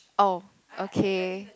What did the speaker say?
oh okay